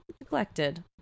neglected